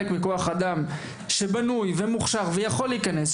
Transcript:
מכוח האדם שבנוי ומוכשר ויכול להיכנס,